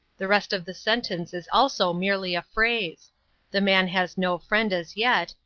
the rest of the sentence is also merely a phrase the man has no friend as yet,